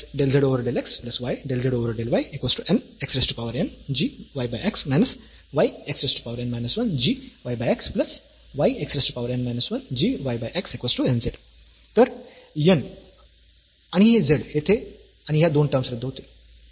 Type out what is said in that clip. तर n आणि हे z येथे आणि ह्या दोन टर्म्स रद्द होतील